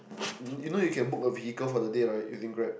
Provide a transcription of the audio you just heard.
you you know we can book the vehicle for the day right using Grab